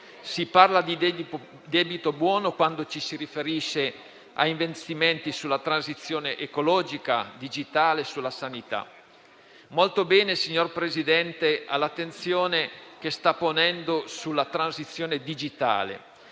si parla di debito buono quando ci si riferisce a investimenti sulla transizione ecologica, digitale e sulla sanità. Signor Presidente, apprezziamo molto l'attenzione che sta ponendo sulla transizione digitale,